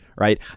Right